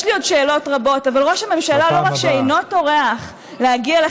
יש לי עוד שאלות רבות, בפעם הבאה.